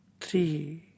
three